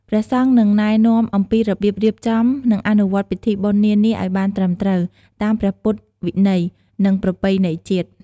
ព្រះសង្ឃនឹង ណែនាំអំពីរបៀបរៀបចំ និងអនុវត្តពិធីបុណ្យនានាឲ្យបានត្រឹមត្រូវ តាមព្រះពុទ្ធវិន័យ និងប្រពៃណីជាតិ។